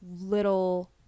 little